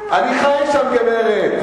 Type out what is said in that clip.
אני חי שם, גברת.